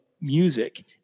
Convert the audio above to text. music